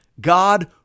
God